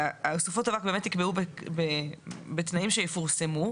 שסופות אבק באמת ייקבעו בתנאים שיפורסמו.